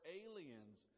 aliens